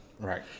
Right